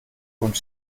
und